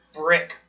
brick